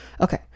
Okay